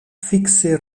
fikse